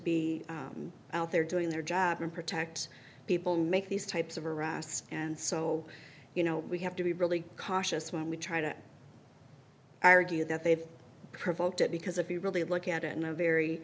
be out there doing their job and protect people make these types of arrests and so you know we have to be really cautious when we try to argue that they've provoked it because if we really look at it in a very